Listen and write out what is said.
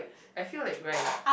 I feel like right